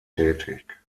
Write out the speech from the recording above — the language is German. tätig